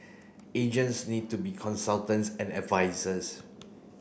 agents need to be consultants and advisers